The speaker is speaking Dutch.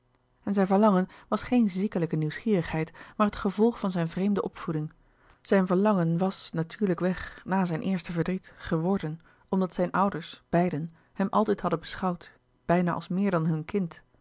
en zijn verlangen was geen ziekelijke nieuwsgierigheid maar het gevolg van zijn vreemde opvoeding zijn verlangen was natuurlijkweg na zijn eerste verdriet geworden omdat zijne ouders beiden hem altijd hadden beschouwd louis couperus de boeken der kleine zielen bijna als meer dan hun kind